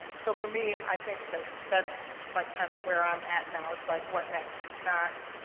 so for me, i think that that's like kind of where i'm at now. it's like, what next? not,